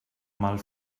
mal